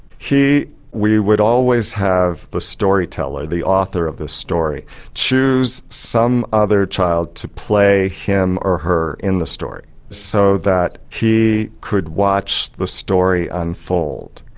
he we would always have the story teller, the author of the story choose some other child to play him or her in the story so that he could watch the story unfold.